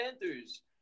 Panthers